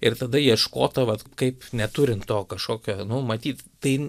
ir tada ieškota vat kaip neturint to kažkokio nu matyt tai